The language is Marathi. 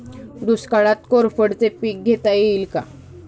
दुष्काळात कोरफडचे पीक घेता येईल का?